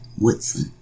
Woodson